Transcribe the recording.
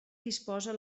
disposa